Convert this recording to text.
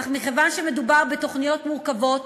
אך מכיוון שמדובר בתוכניות מורכבות,